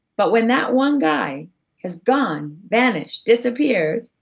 but when that one guy has gone, vanished, disappeared,